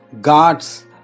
God's